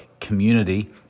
community